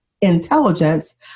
intelligence